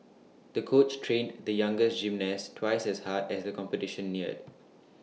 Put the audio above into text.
the coach trained the younger gymnast twice as hard as the competition neared